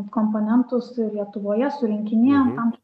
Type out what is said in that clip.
komponentus ir lietuvoje surinkinėjant tam